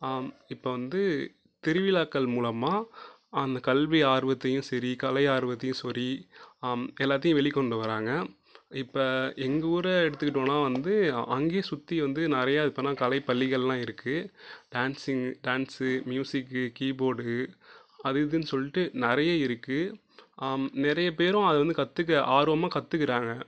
இப்போவந்து திருவிழாக்கள் மூலமாக அந்த கல்வி ஆர்வத்தையும் சரி கலை ஆர்வத்தையும் சரி எல்லாத்தையும் வெளி கொண்டு வராங்க இப்போ எங்கூரை எடுத்துக்கிட்டோன்னால் வந்து அங்கேயே சுற்றி வந்து நிறைய அது பேர் என்ன கலைப் பள்ளிகள்லாம் இருக்குது டான்ஸிங்கு டான்ஸு மியூசிக்கு கீபோர்டு அது இதுனு சொல்லிட்டு நிறைய இருக்குது நிறைய பேரும் அதை வந்து கற்றுக்குற ஆர்வமாக கற்றுக்குறாங்க